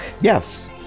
Yes